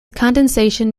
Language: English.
condensation